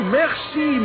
merci